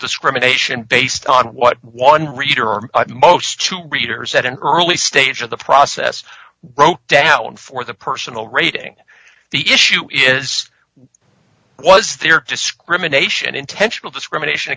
discrimination based on what one reader or most chew readers at an early stage of the process wrote down for the personal rating the issue is was there discrimination intentional discrimination